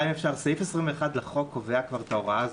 סעיף 21 לחוק קובע כבר את ההוראה הזאת,